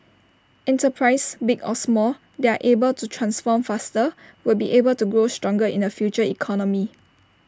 enterprises big or small that are able to transform faster will be able to grow stronger in the future economy